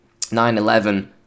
9-11